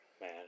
Man